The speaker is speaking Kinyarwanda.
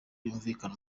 yumvikana